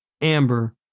Amber